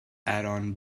aaron